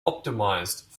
optimized